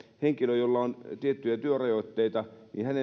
henkilön jolla on tiettyjä työrajoitteita